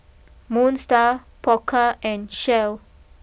Moon Star Pokka and Shell